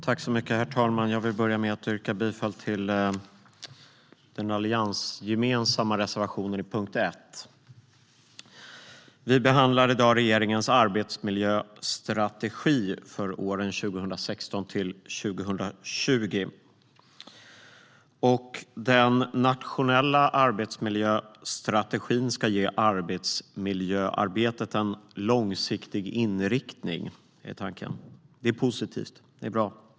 Herr talman! Jag vill börja med att yrka bifall till den alliansgemensamma reservationen under punkt 1. Vi behandlar i dag regeringens arbetsmiljöstrategi för åren 2016-2020. Tanken är att den nationella arbetsmiljöstrategin ska ge arbetsmiljöarbetet en långsiktig inriktning. Det är positivt och bra.